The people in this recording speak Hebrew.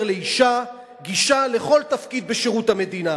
לאשה גישה לכל תפקיד בשירות המדינה.